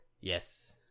yes